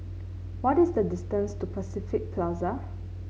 what is the distance to Pacific Plaza